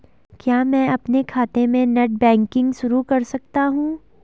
क्या मैं अपने खाते में नेट बैंकिंग शुरू कर सकता हूँ?